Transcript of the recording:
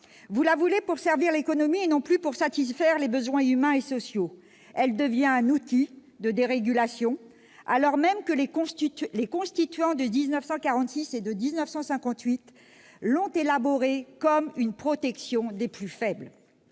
vous la voulez pour servir l'économie et non plus pour satisfaire les besoins humains et sociaux. Elle devient un outil de dérégulation, alors même que les constituants de 1946 et de 1958 l'ont élaborée comme une protection des plus faibles.